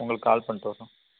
உங்களுக்கு கால் பண்ணிட்டு வரோம்